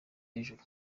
hejuru